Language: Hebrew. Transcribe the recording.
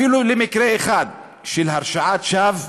אפילו מקרה אחד של הרשעת שווא,